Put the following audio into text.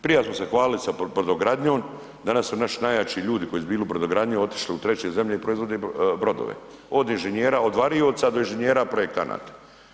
Prije smo se hvalili sa brodogradnjom, danas su naši najjači ljudi koji su bili u brodogradnji otišli u 3. zemlje i proizvode brodove, od inženjera, od varioca do inženjera projektanata.